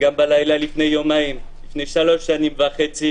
גם בלילה לפני יומיים, מלפני שלוש שנים וחצי